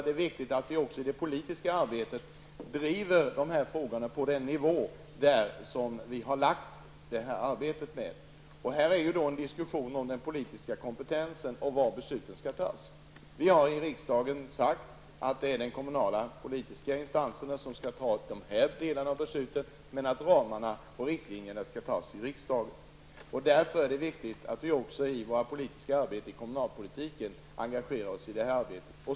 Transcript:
Därför är det viktigt att vi i det politiska arbetet driver dessa frågor på den nivå som är fastställd. Det pågår ju en diskussion om den politiska kompetensen och om var besluten skall fattas. Vi har i riksdagen sagt att det är de kommunala politiska instanserna som skall ansvara för den delen av besluten men att ramarna och riktlinjerna fastställs i riksdagen. Därför är det viktigt att vi också i vårt politiska arbete på kommunalt plan engagerar oss i det här arbetet.